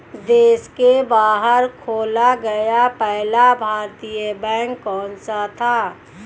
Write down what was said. देश के बाहर खोला गया पहला भारतीय बैंक कौन सा था?